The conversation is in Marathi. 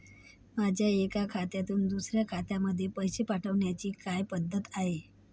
माझ्या एका खात्यातून दुसऱ्या खात्यामध्ये पैसे पाठवण्याची काय पद्धत आहे?